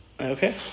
Okay